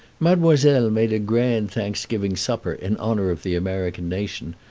mademoiselle made a grand thanksgiving supper in honor of the american nation,